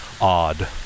odd